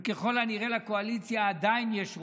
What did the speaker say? וככל הנראה לקואליציה עדיין יש רוב,